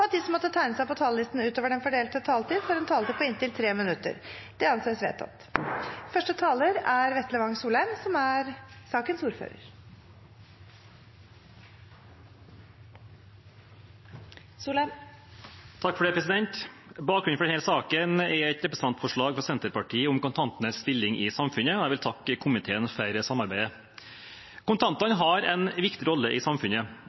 de som måtte tegne seg på talerlisten utover den fordelte taletid, får en taletid på inntil 3 minutter. Bakgrunnen for denne saken er et representantforslag fra Senterpartiet om kontantenes stilling i samfunnet, og jeg vil takke komiteen for samarbeidet. Kontantene har en viktig rolle i samfunnet,